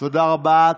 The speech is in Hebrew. תודה רבה.